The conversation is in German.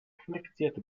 qualifizierte